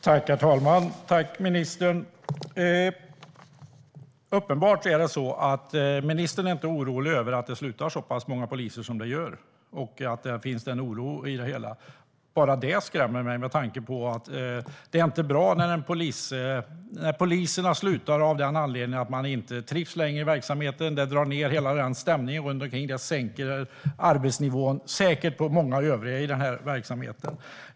Herr talman! Tack, ministern! Uppenbarligen är det så att ministern inte är orolig över att det slutar så pass många poliser som det gör och att det finns en oro i det hela. Bara det skrämmer mig, med tanke på att det inte är bra när poliser slutar av den anledningen att de inte längre trivs i verksamheten. Detta drar säkert ned hela stämningen runt omkring och sänker arbetsnivån för många övriga i verksamheten.